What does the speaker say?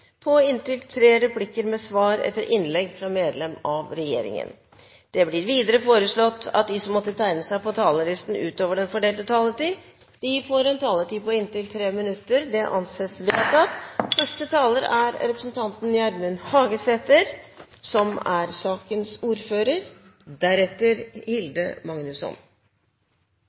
på inntil tre replikker med svar etter innlegg fra medlem av regjeringen innenfor den fordelte taletid. Videre blir det foreslått at de som måtte tegne seg på talerlisten utover den fordelte taletid, får en taletid på inntil 3 minutter. – Det anses vedtatt. Som ordfører